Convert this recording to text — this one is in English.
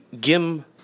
gim